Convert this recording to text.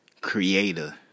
creator